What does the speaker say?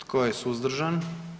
Tko je suzdržan?